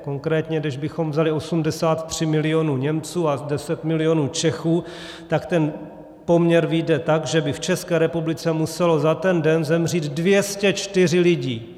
Konkrétně kdybychom vzali 83 milionů Němců a 10 milionů Čechů, tak ten poměr vyjde tak, že by v České republice muselo za ten den zemřít 204 lidí.